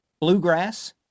Bluegrass